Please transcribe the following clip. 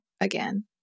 again